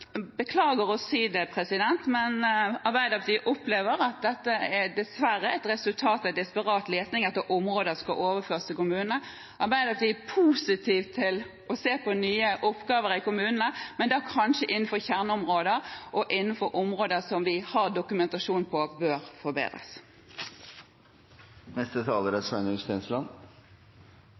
beklager å si det, men Arbeiderpartiet opplever at dette dessverre er et resultat av desperat leting etter områder som skal overføres til kommunene. Arbeiderpartiet er positive til å se på nye oppgaver i kommunene, men da kanskje innenfor kjerneområder og innenfor områder som vi har dokumentasjon på bør forbedres.